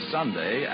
Sunday